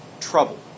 trouble